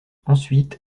ensuite